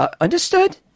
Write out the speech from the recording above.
Understood